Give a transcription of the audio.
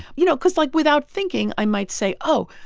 you know, cause, like, without thinking, i might say oh,